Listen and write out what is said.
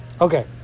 Okay